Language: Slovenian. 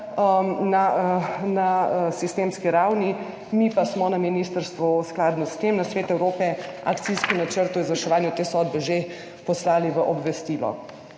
na sistemski ravni. Mi pa smo na ministrstvu skladno s tem na Svet Evrope akcijski načrt o izvrševanju te sodbe že poslali v vednost.